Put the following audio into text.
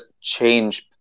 change